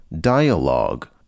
dialogue